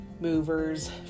movers